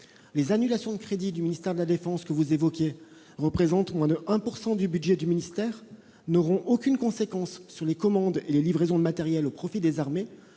aux annulations de crédits du ministère de la défense, elles représentent moins de 1 % du budget dudit ministère. Elles n'auront aucune conséquence sur les commandes et livraisons de matériels au profit des armées,